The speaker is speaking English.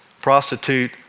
prostitute